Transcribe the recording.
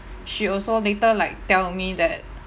she also later like tell me that